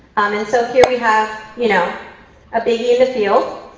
and so here we have you know a biggie in the field,